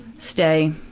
stay?